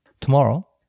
Tomorrow